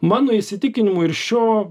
mano įsitikinimu ir šio